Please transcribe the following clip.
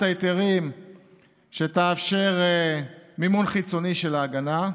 ההיתרים שתאפשר מימון חיצוני של ההגנה,